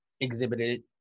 exhibited